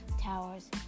Towers